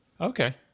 Okay